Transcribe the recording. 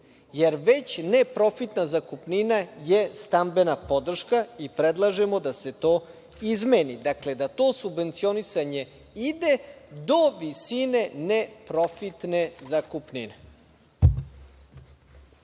jer već neprofitna zakupnina je stambena podrška i predlažemo da se to izmeni. Dakle, da to subvencionisanje ide do visine neprofitne zakupnine.